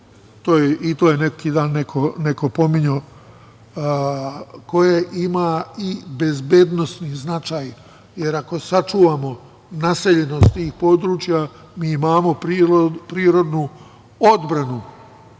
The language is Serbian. i to je neki dan neko pominjao, bezbednosni značaj. Ako sačuvamo naseljenost tih područja, mi imamo prirodnu odbranu